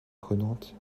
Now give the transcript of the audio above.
prenante